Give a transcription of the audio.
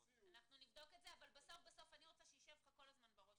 אבל בסוף בסוף אני רוצה שיישב לך בראש